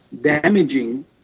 damaging